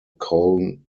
colne